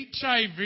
HIV